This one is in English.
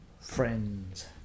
friends